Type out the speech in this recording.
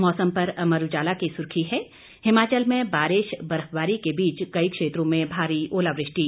मौसम पर अमर उजाला की सुर्खी है हिमाचल में बारिश बर्फबारी के बीच कई क्षेत्रों में भारी ओलावृष्टि